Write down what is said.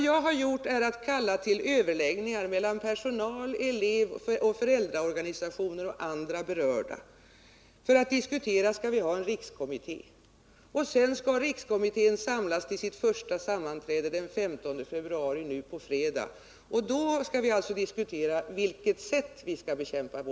Jag har kallat till överläggningar mellan personalorganisationer, elevorganisationer, föräldraorganisationer och andra berörda. Vi skall då ha en rikskommitté, och den skall samlas till sitt första sammanträde den 15 februari, dvs. nu på fredag. Då skall vi diskutera på vilket sätt våldet bör bekämpas.